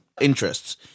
interests